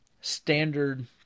standard